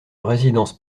résidence